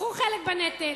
קחו חלק בנטל.